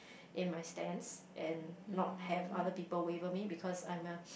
in my stance and not have other people waver me because I'm a